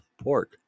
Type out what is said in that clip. pork